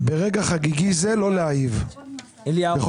זה הדוח